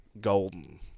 golden